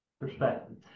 perspective